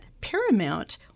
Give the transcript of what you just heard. Paramount